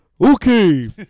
Okay